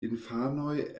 infanoj